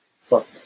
Fuck